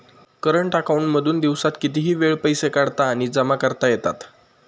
current account मधून दिवसात कितीही वेळ पैसे काढता आणि जमा करता येतात